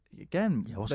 again